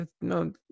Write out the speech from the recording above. No